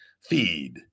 Feed